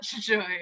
joy